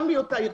גם בהיותה עיר